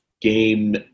game